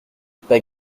pas